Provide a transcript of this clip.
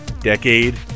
decade